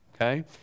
Okay